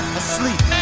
asleep